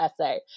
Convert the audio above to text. essay